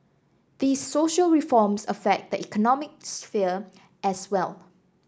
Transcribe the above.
these social reforms affect the economic sphere as well